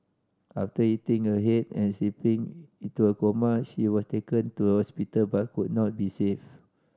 after hitting her head and slipping into a coma she was taken to hospital but could not be saved